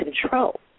control